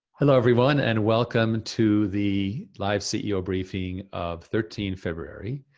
hello everyone and welcome to the live ceo briefing of thirteen february.